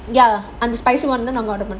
ya அந்த:andha spicy [one] தான்:thaan